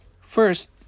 First